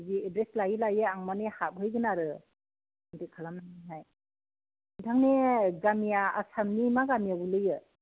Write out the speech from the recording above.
बे एड्रेस लायै लायै आं माने हाबहैगोन आरो बिदि खालामनानैहाय नोंथांनि गामिया आसामनि मा गामियाव गोग्लैयो